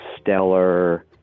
stellar